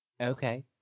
Okay